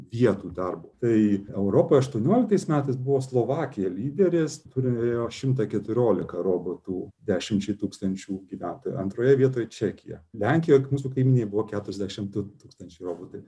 vietų darbo tai europoj aštuonioliktais metais buvo slovakija lyderės turėjo šimtą keturiolika robotų dešimčiai tūkstančių gyventojų antroje vietoje čekija lenkijoj mūsų kaimynėj buvo keturiasdešimt du tūkstančiai robotų